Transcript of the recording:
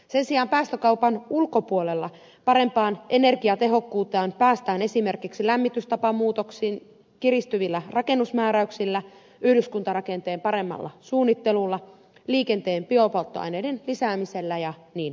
sen sijaan päästökaupan ulkopuolella parempaan energiatehokkuuteen päästään esimerkiksi lämmitystapamuutoksin kiristyvillä rakennusmääräyksillä yhdyskuntarakenteen paremmalla suunnittelulla liikenteen biopolttoaineiden lisäämisellä ja niin edelleen